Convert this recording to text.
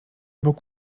bóg